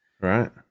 right